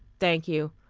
thank you.